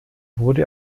wurde